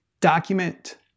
document